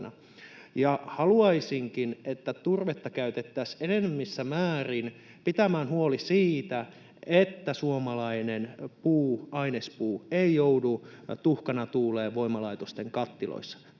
Haluaisinkin, että turvetta käytettäisiin enenevissä määrin pitämään huoli siitä, että suomalainen ainespuu ei joudu tuhkana tuuleen voimalaitosten kattiloissa. Totta kai